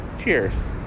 Cheers